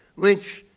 which